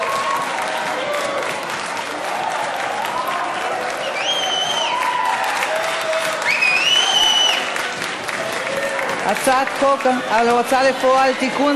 45. הצעת חוק ההוצאה לפועל (תיקון,